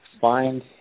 find